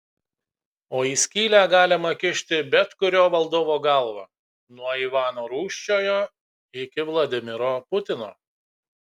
o į skylę galima kišti bet kurio valdovo galvą nuo ivano rūsčiojo iki vladimiro putino